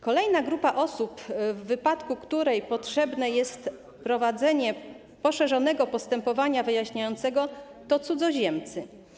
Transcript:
Kolejna grupa osób, w wypadku której potrzebne jest prowadzenie poszerzonego postępowania wyjaśniającego, to cudzoziemcy.